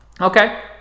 Okay